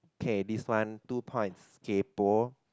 okay this one two points kaypoh